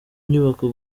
nyubako